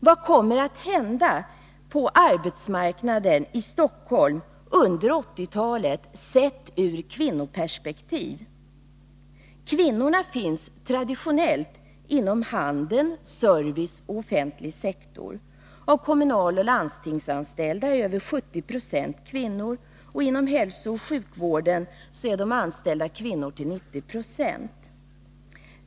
Vad kommer att hända på arbetsmarknaden i Stockholm under 1980-talet sett ur kvinnoperspektiv? Kvinnorna finns traditionellt inom handel, serviceyrken och offentlig sektor. Av de kommunaloch landstingsanställda är över 70 90 kvinnor. Inom hälsooch sjukvården är de anställda kvinnor till 90 2.